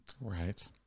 Right